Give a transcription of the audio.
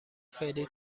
فعلی